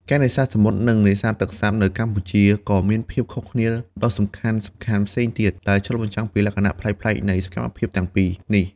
ការនេសាទសមុទ្រ និងនេសាទទឹកសាបនៅកម្ពុជាក៏មានភាពខុសគ្នាដ៏សំខាន់ៗផ្សេងទៀត ដែលឆ្លុះបញ្ចាំងពីលក្ខណៈប្លែកៗនៃសកម្មភាពទាំងពីរនេះ។